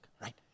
right